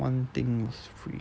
one thing is free